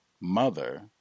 mother